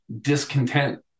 discontent